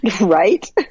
right